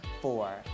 four